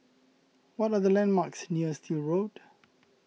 what are the landmarks near Still Road